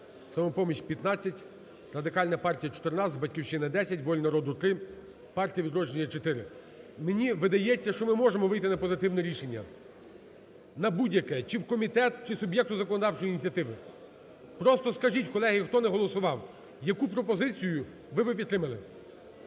"Самопоміч" – 15, Радикальна партія – 14, "Батьківщина" – 10, "Воля народу" – 3, Партія "Відродження" – 4. Мені видається, що ми можемо вийти на позитивне рішення на будь-яке – чи в комітет, чи суб'єкту законодавчої ініціативи. Просто скажіть, колеги, хто не голосував, яку пропозицію, ви би підтримали.